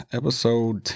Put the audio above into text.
episode